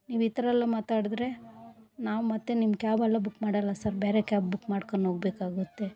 ನೀವು ಈ ಥರಯೆಲ್ಲ ಮಾತಾಡಿದ್ರೆ ನಾವು ಮತ್ತೆ ನಿಮ್ಮ ಕ್ಯಾಬೆಲ್ಲ ಬುಕ್ ಮಾಡಲ್ಲ ಸರ್ ಬೇರೆ ಕ್ಯಾಬ್ ಬುಕ್ ಮಾಡ್ಕೊಂಡು ಹೋಗ್ಬೇಕಾಗುತ್ತೆ